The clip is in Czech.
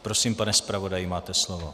Prosím, pane zpravodaji, máte slovo.